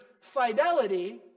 fidelity